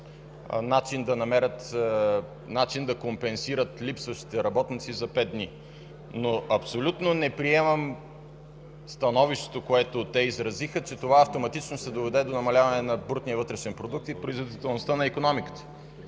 начин да компенсират липсващите работниците за пет дни. Абсолютно не приемам становището, което те изразиха, че това автоматично ще доведе до намаляване на брутния вътрешен продукт и производителността на икономиката.